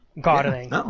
gardening